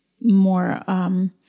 more –